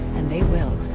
and they will,